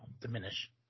diminish